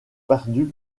perdues